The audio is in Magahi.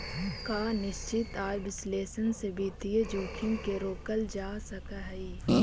का निश्चित आय विश्लेषण से वित्तीय जोखिम के रोकल जा सकऽ हइ?